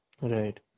Right